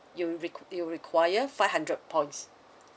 you will req~ it will require five hundred points